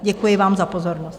Děkuji vám za pozornost.